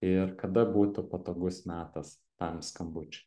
ir kada būtų patogus metas tam skambučiui